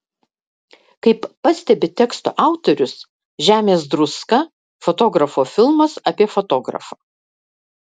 kaip pastebi teksto autorius žemės druska fotografo filmas apie fotografą